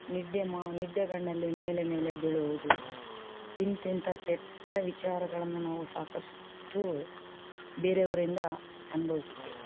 ನಿದ್ದೆ ಮ ನಿದ್ದೆಗಣ್ಣಲ್ಲಿ ಮೇಲೆ ಮೇಲೆ ಬೀಳುವುದು ಇಂತಿಂಥ ಕೆಟ್ಟ ವಿಚಾರಗಳನ್ನು ನಾವು ಸಾಕಷ್ಟು ಬೇರೆಯವರಿಂದ ಅನುಭವಿಸಿದ್ದೇವೆ